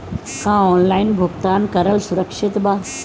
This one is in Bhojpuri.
का ऑनलाइन भुगतान करल सुरक्षित बा?